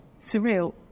Surreal